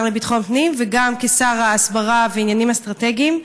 לביטחון פנים וגם כשר ההסברה ולעניינים אסטרטגיים,